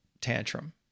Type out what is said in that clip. tantrum